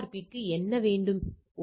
5 என வைக்கிறோம்